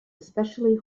especially